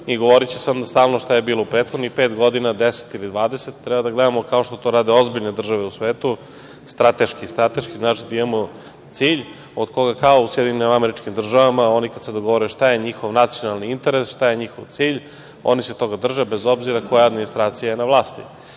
i govoriće se onda stalno šta je bilo u prethodnih pet godina, deset ili dvadeset. Treba da gledamo, kao što to rade ozbiljne države u svetu, strateški. Strateški znači da imamo cilj od koga, kao u SAD, kada se oni dogovore šta je njihov nacionalni interes, šta je njihov cilj, oni se toga drže, bez obzira koja administracija je na vlasti. Postoje